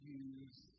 use